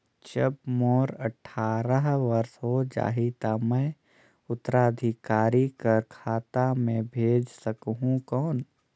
जब मोर अट्ठारह वर्ष हो जाहि ता मैं उत्तराधिकारी कर खाता मे भेज सकहुं कौन?